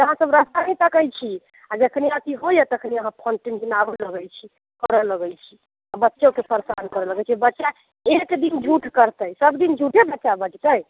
अहाँ सब रास्ता नहि तकैत छी आ जखने अथी होइया तखने अहाँ फोन टिनटिनाबे लगैत छी करऽ लगैत छी आ बच्चोके परेशान करऽ लगैत छी बच्चा एक दिन झूठ कहतै सब दिन झूठे बच्चा बजतै